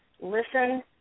listen